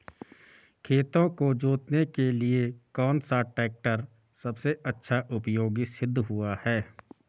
खेतों को जोतने के लिए कौन सा टैक्टर सबसे अच्छा उपयोगी सिद्ध हुआ है?